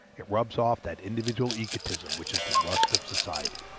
it rubs off that individual egotism which is the rust of society.